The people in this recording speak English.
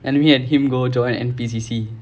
then me and him go join N_P_C_C